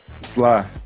Sly